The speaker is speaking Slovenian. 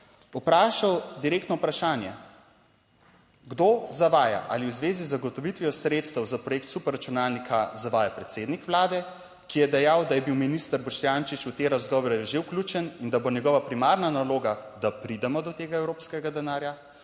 vprašal direktno vprašanje. Kdo zavaja? Ali v zvezi z zagotovitvijo sredstev za projekt superračunalnika zavaja predsednik Vlade, ki je dejal, da je bil minister Boštjančič v te razgovore že vključen, in da bo njegova primarna naloga, da pridemo do tega evropskega denarja?